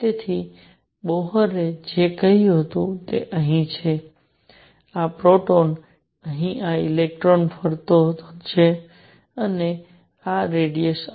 તેથી બોહરે જે કહ્યું તે અહીં છે આ પ્રોટોન અહીં આ ઇલેક્ટ્રોન ફરતો છે અને આ રેડિયસ r